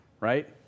right